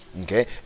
Okay